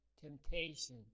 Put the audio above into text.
temptation